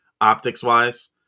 optics-wise